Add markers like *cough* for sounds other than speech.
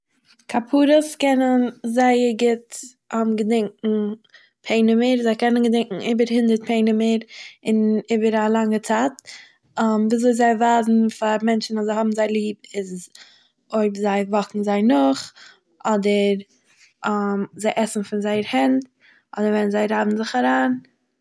כפרות קענען זייער גוט *hesitation* געדענקען פענעימער, זיי קענען געדענקען איבער הונדערט פענעימער, און איבער א לאנגע צייט *hesitation* ווי אזוי זיי ווייזן פאר מענטשען אז זיי האבן זיי ליב איז אויב זיי וואקן זיי נאך, אדער *hesitation* זיי עסן פון זייער הענט, אדער ווען זיי רייבן זיך אריין.